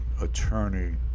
attorney